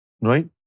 Right